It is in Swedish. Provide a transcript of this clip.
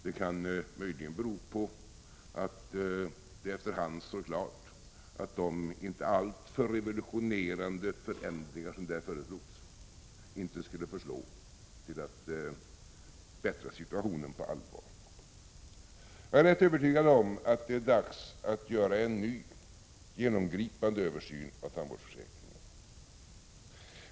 Möjligen kan det bero på att det efter hand står klart att de inte alltför revolutionerande förändringar som där föreslogs inte skulle förslå till att på allvar förbättra situationen. Jag är rätt övertygad om att det är dags att göra en ny, genomgripande översyn av tandvårdsförsäkringen.